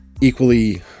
equally